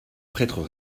prêtres